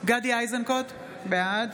גדי איזנקוט, בעד